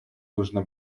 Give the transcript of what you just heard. нужно